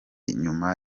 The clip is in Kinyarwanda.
nyuma